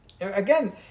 Again